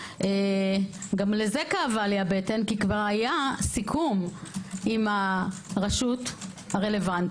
גם לזה כאבה לי הבטן כי כבר היה סיכום עם הרשות הרלוונטית,